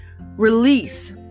Release